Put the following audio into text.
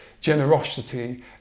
generosity